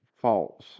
false